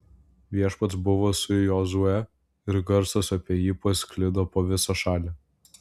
viešpats buvo su jozue ir garsas apie jį pasklido po visą šalį